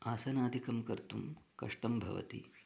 आसनादिकं कर्तुं कष्टं भवति